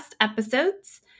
episodes